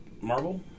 Marvel